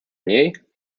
niej